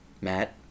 Matt